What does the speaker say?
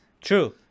True